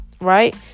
Right